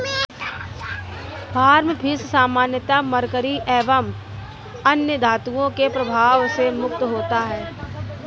farm fish सामान्यतः mercury एवं अन्य धातुओं के प्रभाव से मुक्त होता है